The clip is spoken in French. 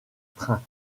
train